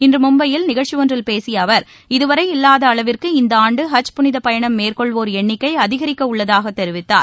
இன்று மும்பையில் நிகழ்ச்சி ஒன்றில் பேசிய அவர் இதுவரை இல்லாத அளவிற்கு இந்த ஆண்டு ஹஜ் புனித பயணம் மேற்கொள்வோர் எண்ணிக்கை அதிகரிக்கவுள்ளதாக தெரிவித்தார்